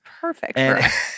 perfect